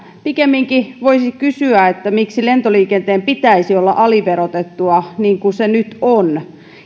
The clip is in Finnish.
pikemminkin voisi kysyä miksi lentoliikenteen pitäisi olla aliverotettua niin kuin se nyt on